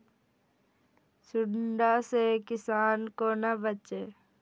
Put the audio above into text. सुंडा से किसान कोना बचे?